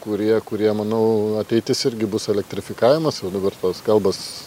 kurie kurie manau ateitis irgi bus elektrifikavimas jau dabar tos kalbos